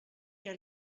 què